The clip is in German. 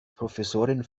professorin